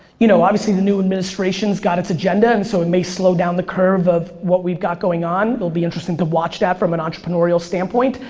you know, obviously the new administration's got its agenda and so it may slow down the curve of what we've got going on. it will be interesting to watch that from an entrepreneurial standpoint,